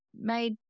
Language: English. made